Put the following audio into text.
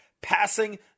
passing